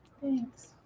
Thanks